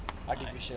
artificial